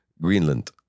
Greenland